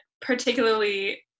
particularly